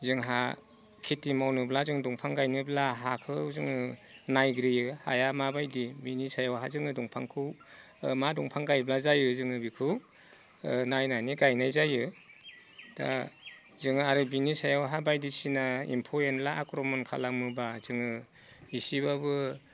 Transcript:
जोंहा खिथि मावनोब्ला जों दंफां गायनोब्ला हाखौ जोङो नायग्रोयो हाया माबायदि बिनि सायावहा जोङो दंफांखौ मा दंफां गायब्ला जायो जोङो बेखौ नायनानै गायनाय जायो दा जों आरो बिनि सायावहा बायदिसिना एम्फौ एनला आक्रमन खालामोब्ला जोङो एसेब्लाबो